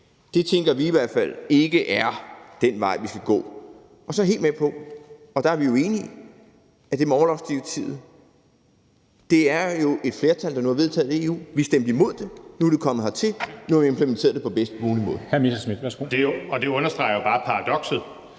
Det tænker vi i hvert fald ikke er den vej, vi skal gå. Så er jeg helt med på – og der er vi jo enige – at det med orlovsdirektivet nu er vedtaget af et flertal i EU. Vi stemte imod det, nu er det kommet hertil, og nu har vi implementeret det på den bedst mulige måde. Kl. 22:52 Formanden